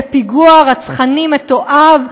בפיגוע רצחני מתועב,